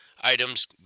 items